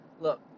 look